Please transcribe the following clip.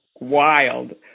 wild